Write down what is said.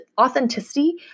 authenticity